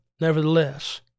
Nevertheless